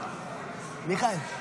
מיכאל